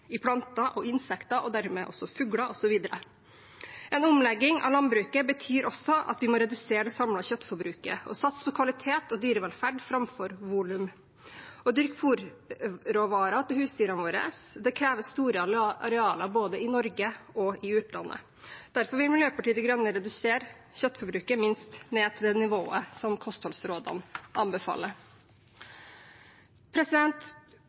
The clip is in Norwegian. i planter og innsekter og dermed også fugler osv. En omlegging av landbruket betyr også at vi må redusere det samlede kjøttforbruket og satse på kvalitet og dyrevelferd framfor volum. Å dyrke fôrråvarer til husdyrene våre krever store arealer både i Norge og i utlandet. Derfor vil Miljøpartiet De Grønne redusere kjøttforbruket minst ned til det nivået som kostholdsrådene anbefaler.